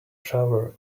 shower